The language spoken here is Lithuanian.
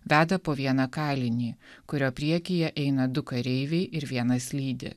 veda po vieną kalinį kurio priekyje eina du kareiviai ir vienas lydi